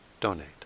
donate